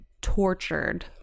tortured